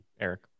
Eric